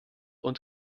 und